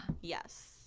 Yes